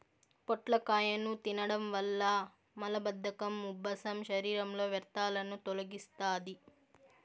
పొట్లకాయను తినడం వల్ల మలబద్ధకం, ఉబ్బసం, శరీరంలో వ్యర్థాలను తొలగిస్తాది